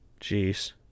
Jeez